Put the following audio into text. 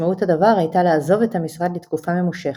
משמעות הדבר הייתה לעזוב את המשרד לתקופה ממושכת.